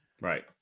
Right